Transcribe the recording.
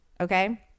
okay